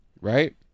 right